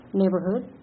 neighborhood